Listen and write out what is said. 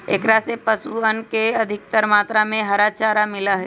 एकरा से पशुअन के अधिकतर मात्रा में हरा चारा मिला हई